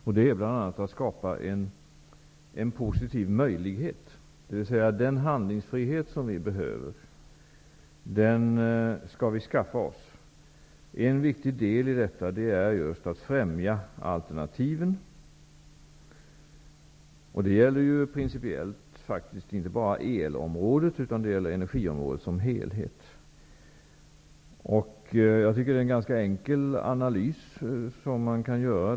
Det gäller bl.a. att skapa en positiv möjlighet. Vi skall med andra ord skaffa oss den handlingsfrihet som vi behöver. Ett viktigt led i detta är att främja alternativen. Det gäller principiellt inte bara på elområdet utan på energiområdet i sin helhet. Jag tycker att man kan göra en ganska enkel analys.